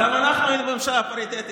אז גם אנחנו היינו ממשלה פריטטית.